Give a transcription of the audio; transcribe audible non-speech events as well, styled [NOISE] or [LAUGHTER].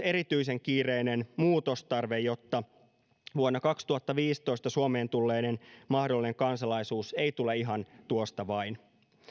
[UNINTELLIGIBLE] erityisen kiireinen muutostarve jotta vuonna kaksituhattaviisitoista suomeen tulleiden mahdollinen kansalaisuus ei tule ihan tuosta vain